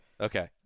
Okay